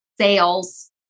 sales